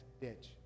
ditch